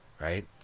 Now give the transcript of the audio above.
Right